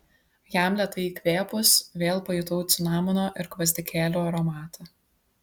jam lėtai įkvėpus vėl pajutau cinamono ir gvazdikėlių aromatą